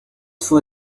for